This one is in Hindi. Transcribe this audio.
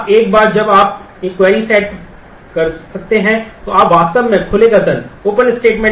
आप एक बार जब आप एक क्वेरी सेट कर सकते हैं तो आप वास्तव में खुले कथन ओपन C कर्सर